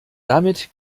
damit